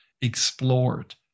explored